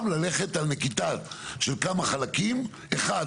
ללכת על נקיטה של כמה חלקים: אחד,